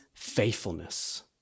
faithfulness